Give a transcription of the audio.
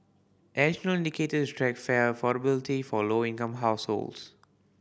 additional indicator to track fare affordability for low income households